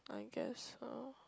I guess so